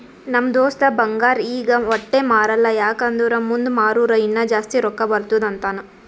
ನಮ್ ದೋಸ್ತ ಬಂಗಾರ್ ಈಗ ವಟ್ಟೆ ಮಾರಲ್ಲ ಯಾಕ್ ಅಂದುರ್ ಮುಂದ್ ಮಾರೂರ ಇನ್ನಾ ಜಾಸ್ತಿ ರೊಕ್ಕಾ ಬರ್ತುದ್ ಅಂತಾನ್